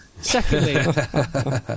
Secondly